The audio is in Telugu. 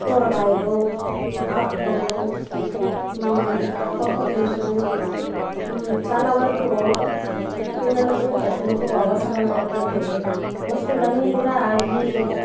కూరగాయలు ఆక్కూరలు పప్పు దినుసులు చాలా వరకు పిల్లలకు పెద్దలకు అవసరమైనటువంటి వస్తువులన్నీ కూడా ఈ